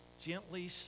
gently